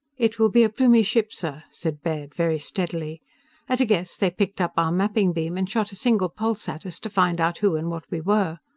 it will be a plumie ship, sir, said baird very steadily at a guess, they picked up our mapping beam and shot a single pulse at us to find out who and what we were.